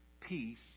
peace